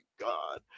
God